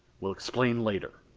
we'll explain later.